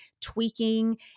tweaking